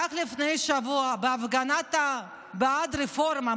בהפגנה בעד הרפורמה,